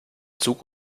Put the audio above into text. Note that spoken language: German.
zug